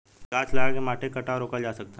गाछ लगा के माटी के कटाव रोकल जा सकता